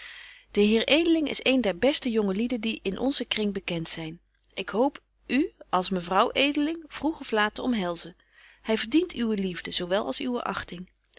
de heer edeling is een der beste jonge lieden die in onzen kring bekent zyn ik hoop u als mevrouw edeling vroeg of laat te omhelzen hy verdient uwe liefde zo wel als uwe achting